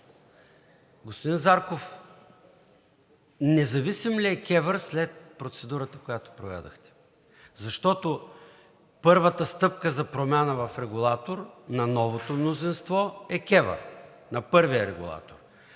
господин Зарков, независим ли е КЕВР след процедурата, която проведохме?! Защото първата стъпка за промяна в регулатор на новото мнозинство е КЕВР – на първия регулатор.